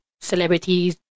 celebrities